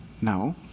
No